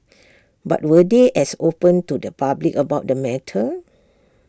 but were they as open to the public about the matter